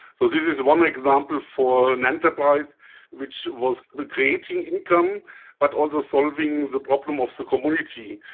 so this is one example for an enterprise which was creating income but also solving the problem of the community.